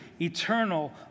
eternal